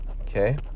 Okay